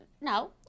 No